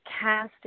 Cast